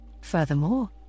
Furthermore